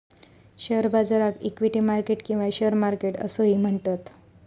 share बाजाराक equity market किंवा share market असोही म्हणतत